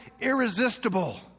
irresistible